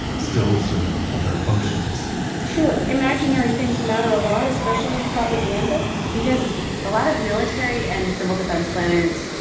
still served other functions sure, imaginary things matter a lot, especially in propaganda because a lot of military and civil defense planners,